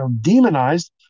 demonized